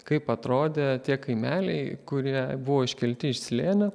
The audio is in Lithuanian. kaip atrodė tie kaimeliai kurie buvo iškelti iš slėnio